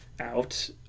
Out